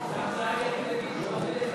ההצעה להעביר את הצעת חוק שוויון